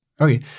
Okay